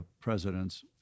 presidents